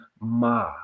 ma